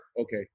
okay